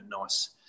nice